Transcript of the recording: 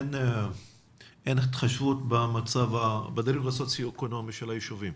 אין התחשבות בדירוג הסוציו-אקונומי של היישובים.